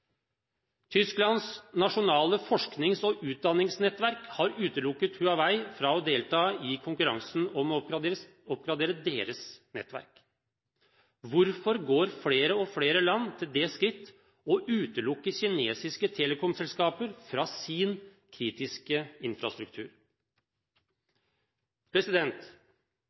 Tysklands nasjonale forsknings- og utdanningsnettverk har utelukket Huawei fra å delta i konkurransen om å oppgradere deres nettverk. Hvorfor går flere og flere land til det skrittet å utelukke kinesiske telekomselskaper fra sin kritiske